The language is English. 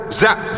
zap